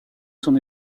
son